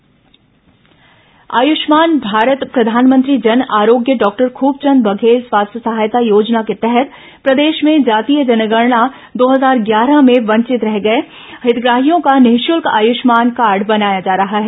Ayushman card Ayushman Bharat प्रधानमंत्री जन आरोग्य डॉक्टर खूबचंद बघेल स्वास्थ्य सहायता योजना के तहत प्रदेश में जातीय जनगणना दो हजार ग्यारह में वंचित रह गए हितग्राहियों का निःशुल्क आयुष्मान कार्ड बनाया जा रहा है